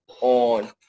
on